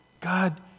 God